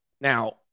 Now